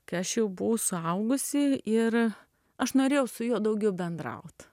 kai aš jau buvau suaugusi ir aš norėjau su juo daugiau bendraut